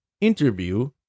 interview